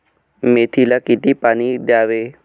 मेथीला किती पाणी द्यावे?